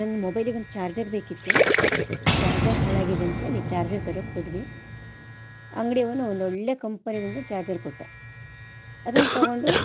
ನನ್ನ ಮೊಬೈಲಿಗೊಂದು ಚಾರ್ಜರ್ ಬೇಕಿತ್ತು ಚಾರ್ಜರ್ ಹಾಳಾಗಿದೆ ಅಂತೇಳಿ ಚಾರ್ಜರ್ ತರಕ್ಕೆ ಹೋದ್ವಿ ಅಂಗಡಿಯವ್ನು ಒಂದೊಳ್ಳೆಯ ಕಂಪನಿದೊಂದು ಚಾರ್ಜರ್ ಕೊಟ್ಟ ಅದನ್ನು ತೊಗೊಂಡು